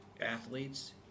athletes